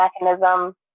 mechanism